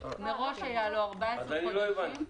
מראש היו לו 14 חודשים.